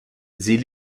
sie